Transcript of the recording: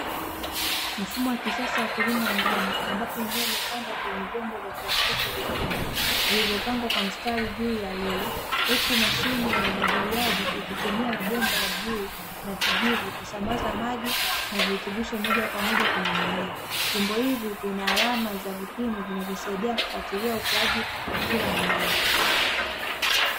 Mfumo wa kisasa wa kilimo wa ndani ambapo mimea imepandwa kwenye vyombo vya plastiki vyekundu, vilivyopangwa kwa mIstari juu ya reli, huku mashine ya umwagiliaji ikitumia mabomba ya bluu na kijivu kusambaza maji na virutubisho moja kwa moja kwenye mimea. Vyombo hivi vina alama za vipimo vinavyosaidia kufuatilia ukuaji wa kila mmea.